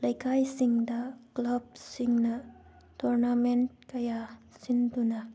ꯂꯩꯀꯥꯏꯁꯤꯡꯗ ꯀ꯭ꯂꯕꯁꯤꯡꯅ ꯇꯣꯔꯅꯥꯃꯦꯟꯠ ꯀꯌꯥ ꯁꯤꯟꯗꯨꯅ